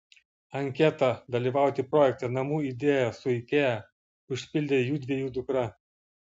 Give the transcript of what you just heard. anketą dalyvauti projekte namų idėja su ikea užpildė judviejų dukra